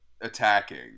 attacking